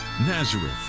Nazareth